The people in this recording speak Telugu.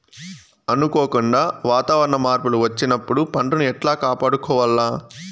అనుకోకుండా వాతావరణ మార్పులు వచ్చినప్పుడు పంటను ఎట్లా కాపాడుకోవాల్ల?